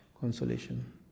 consolation